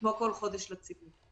כמו בכל חודש, לציבור.